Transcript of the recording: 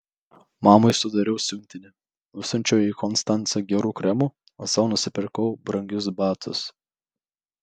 mamai sudariau siuntinį nusiunčiau į konstancą gerų kremų o sau nusipirkau brangius batus